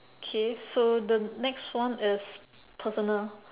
K so the next one is personal